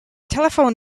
telephone